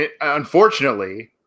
unfortunately